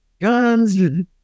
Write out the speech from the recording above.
guns